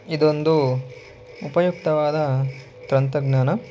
ಇದೊಂದು ಉಪಯುಕ್ತವಾದ ತಂತ್ರಜ್ಞಾನ